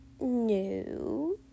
No